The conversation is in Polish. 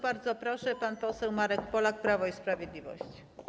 Bardzo proszę, pan poseł Marek Polak, Prawo i Sprawiedliwość.